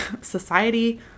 society